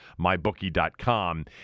MyBookie.com